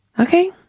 Okay